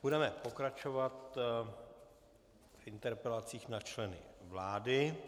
Budeme pokračovat v interpelacích na členy vlády.